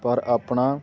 ਪਰ ਆਪਣਾ